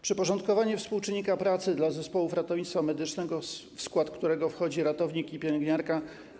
Przyporządkowanie współczynnika pracy dla zespołów ratownictwa medycznego, w skład którego wchodzi ratownik i pielęgniarka.